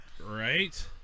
Right